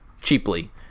cheaply